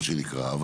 מה שנקרא.